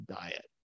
diet